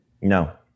No